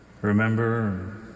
Remember